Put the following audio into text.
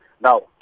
Now